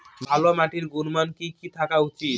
ভালো মাটির গুণমান কি কি থাকা উচিৎ?